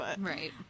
Right